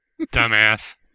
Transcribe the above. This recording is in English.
Dumbass